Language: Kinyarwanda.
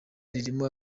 ririmo